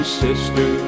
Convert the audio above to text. sister